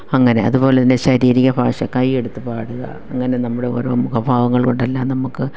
അങ്ങനെ അതുപോലെതന്നെ ശാരീരിക കൈയ്യെടുത്തു പാടുക അങ്ങനെ നമ്മുടെ ഓരോ മുഖഭാവങ്ങൾ കൊണ്ടെല്ലാം നമുക്ക്